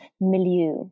milieu